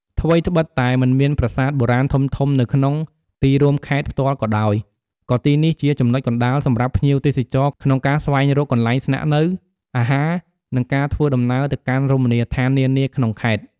ថ្វីត្បិតតែមិនមានប្រាសាទបុរាណធំៗនៅក្នុងទីរួមខេត្តផ្ទាល់ក៏ដោយ ក៏ទីនេះជាចំណុចកណ្ដាលសម្រាប់ភ្ញៀវទេសចរក្នុងការស្វែងរកកន្លែងស្នាក់នៅ អាហារ និងការធ្វើដំណើរទៅកាន់រមណីយដ្ឋាននានាក្នុងខេត្ត។